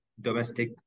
domestic